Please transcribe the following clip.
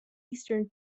eastern